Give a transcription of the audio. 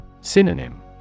Synonym